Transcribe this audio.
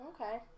Okay